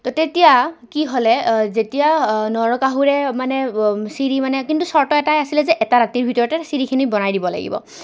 তো তেতিয়া কি হ'লে যেতিয়া নৰকাসুৰে মানে চিৰি মানে কিন্তু চৰ্ত এটাই আছিলে যে এটা ৰাতিৰ ভিতৰতে চিৰিখিনি বনাই দিব লাগিব